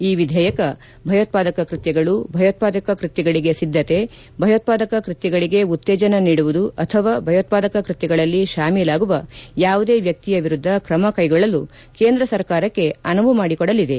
ಈ ವಿಧೇಯಕ ಭಯೋತ್ಪಾದಕ ಕೃತ್ವಗಳು ಭಯೋತ್ಪಾದಕ ಕೃತ್ವಗಳಿಗೆ ಸಿದ್ದತೆ ಭಯೋತ್ಪಾದಕ ಕೃತ್ವಗಳಿಗೆ ಉತ್ತೇಜನ ನೀಡುವುದು ಅಥವಾ ಭಯೋತ್ಪಾದಕ ಕೃತ್ವಗಳಲ್ಲಿ ಶಾಮೀಲಾಗುವ ಯಾವುದೇ ವ್ಯಕ್ತಿಯ ವಿರುದ್ದ ತ್ರಮ ಕೈಗೊಳ್ಳಲು ಕೇಂದ್ರ ಸರ್ಕಾರಕ್ಕೆ ಅನುವು ಮಾಡಿಕೊಡಲಿದೆ